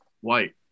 white